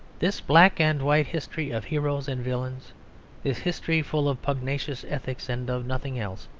this black-and-white history of heroes and villains this history full of pugnacious ethics and of nothing else,